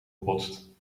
gebotst